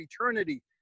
eternity